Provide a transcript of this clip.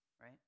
Right